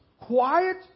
Quiet